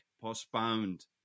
postponed